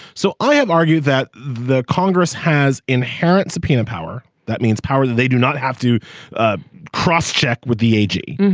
so i argue that the congress has inherent subpoena power. that means power that they do not have to ah cross-check with the a g.